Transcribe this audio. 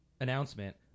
announcement